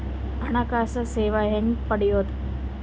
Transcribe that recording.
ಹಣಕಾಸು ಸೇವಾ ಹೆಂಗ ಪಡಿಯೊದ?